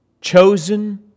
chosen